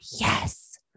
yes